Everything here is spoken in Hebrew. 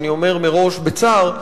אני אומר מראש בצער,